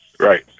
Right